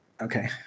Okay